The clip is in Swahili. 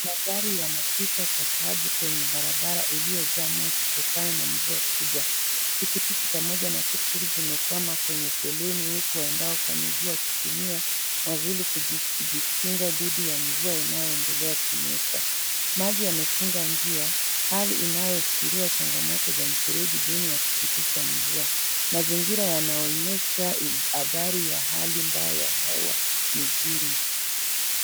Magari yanapita kwa tabu kwenye barabara iliyojaa maji kutokana na mvua kubwa pikipiki pamoja na tuktuk zimekwama kwa foleni huku waendao kwa miguu kutumia mavuli kujikinfa dhidu ya mvua yanayoendekea kunyesha maji yamefunga njia hali inayoashiria mifeeeji duni ya kupitisha mvua mazingira yanainyesha adhari ya hali mbaya ya hewa mijini.